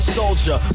soldier